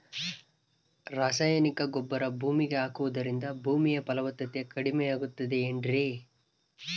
ರಾಸಾಯನಿಕ ಗೊಬ್ಬರ ಭೂಮಿಗೆ ಹಾಕುವುದರಿಂದ ಭೂಮಿಯ ಫಲವತ್ತತೆ ಕಡಿಮೆಯಾಗುತ್ತದೆ ಏನ್ರಿ?